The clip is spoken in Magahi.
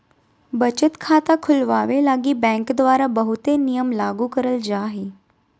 बचत खाता खुलवावे लगी बैंक द्वारा बहुते नियम लागू करल जा हय